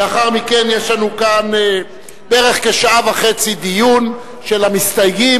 לאחר מכן יש לנו כאן כשעה וחצי דיון של המסתייגים,